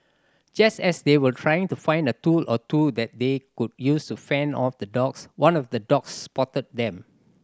just as they were trying to find a tool or two that they could use to fend off the dogs one of the dogs spotted them